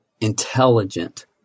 intelligent